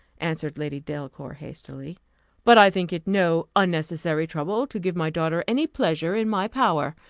answered lady delacour, hastily but i think it no unnecessary trouble to give my daughter any pleasure in my power.